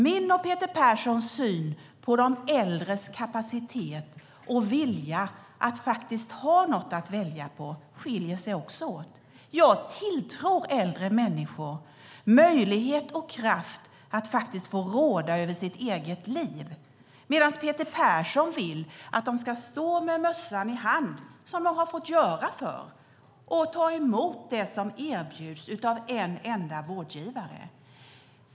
Min och Peter Perssons syn på de äldres kapacitet att välja, och vilja att faktiskt ha något att välja på, skiljer sig också åt. Jag tilltror äldre människor möjlighet och kraft att råda över sina egna liv, medan Peter Persson vill att de ska stå med mössan i hand - som de har fått göra förr - och ta emot det som erbjuds av en enda vårdgivare.